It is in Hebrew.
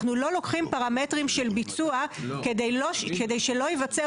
אנחנו לא לוקחים פרמטרים של ביצוע כדי שלא ייוצר